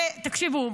תקשיבו,